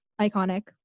iconic